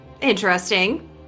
Interesting